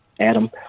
Adam